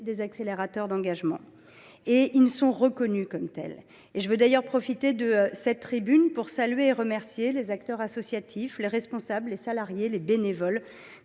des accélérateurs d’engagement. Et ils sont reconnus comme tels. Je veux d’ailleurs profiter de cette tribune pour saluer et remercier les acteurs associatifs, les responsables, les salariés, les bénévoles.